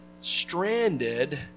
stranded